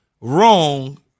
wrong